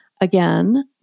again